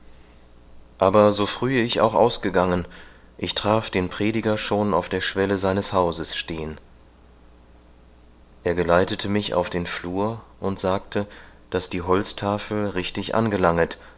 aber so frühe ich auch ausgegangen ich traf den prediger schon auf der schwelle seines hauses stehen er geleitete mich auf den flur und sagte daß die holztafel richtig angelanget